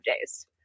days